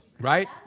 Right